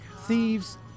thieves